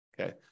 Okay